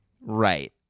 Right